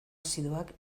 azidoak